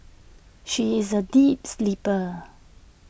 she is A deep sleeper